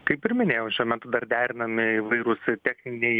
kaip ir minėjau šiuo metu dar derinami įvairūs techniniai